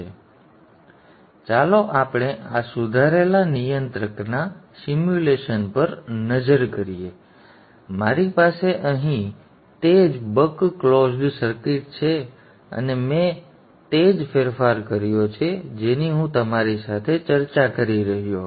તેથી ચાલો આપણે આ સુધારેલા નિયંત્રકના સિમ્યુલેશન પર નજર કરીએ મારી પાસે અહીં તે જ બક ક્લોઝ્ડ સર્કિટ છે અને મેં તે જ ફેરફાર કર્યો છે જેની હું તમારી સાથે ચર્ચા કરી રહ્યો છું